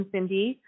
Cindy